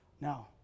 No